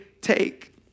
take